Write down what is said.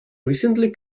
recently